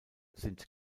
sind